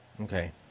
Okay